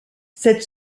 cette